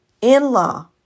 in-law